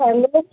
hello